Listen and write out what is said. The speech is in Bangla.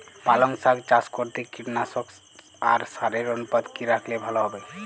পালং শাক চাষ করতে কীটনাশক আর সারের অনুপাত কি রাখলে ভালো হবে?